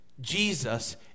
Jesus